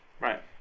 Right